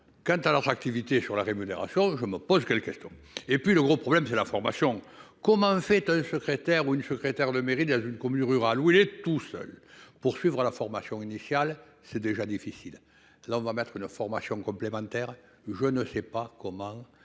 Quant à leur activité sur la rémunération. Je me pose quelques questions. Et puis, le gros problème c'est la formation, comment faites secrétaire ou une secrétaire de mairie dans une commune rurale où il est tout seul pour suivre à la formation initiale, c'est déjà difficile, là on va mettre une formation complémentaire. Je ne sais pas comment